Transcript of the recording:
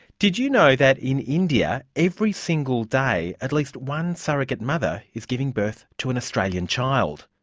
did you know that in india every single day at least one surrogate mother is giving birth to an australian child?